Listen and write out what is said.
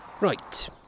Right